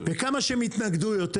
וכמה שהם יתנגדו יותר